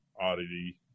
oddity